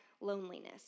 loneliness